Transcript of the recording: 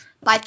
Bye